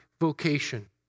vocation